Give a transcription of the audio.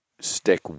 stick